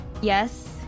yes